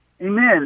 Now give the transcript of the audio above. amen